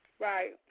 right